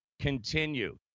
Continue